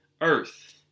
earth